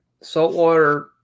saltwater